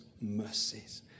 mercies